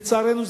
לצערנו,